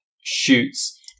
shoots